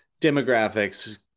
demographics